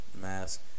mask